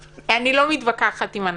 אני לא מתווכחת עם אנשים.